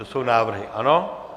To jsou návrhy, ano?